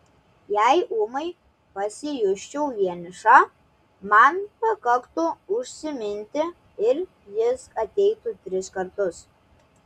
jei ūmai pasijusčiau vieniša man pakaktų užsiminti ir jis ateitų tris kartus